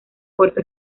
puerto